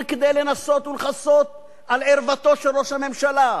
כדי לנסות ולכסות על ערוותו של ראש הממשלה.